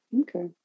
okay